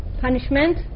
punishment